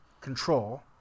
control